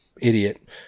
idiot